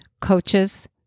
coaches